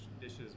dishes